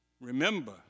Remember